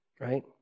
Right